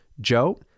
Joe